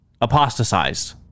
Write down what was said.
apostatized